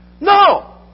No